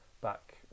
back